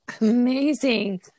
Amazing